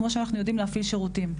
כמו שאנחנו יודעים להפעיל שירותים,